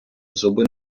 зуби